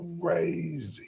crazy